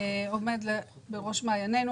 שעומד בראש סדר העדיפויות.